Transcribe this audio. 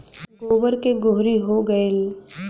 गोबर के गोहरी हो गएल